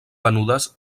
venudes